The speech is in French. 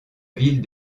ville